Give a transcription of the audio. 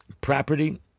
property